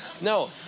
No